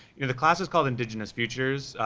you know the class is called indigenous futures,